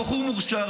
הבחור מוכשר,